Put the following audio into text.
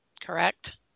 correct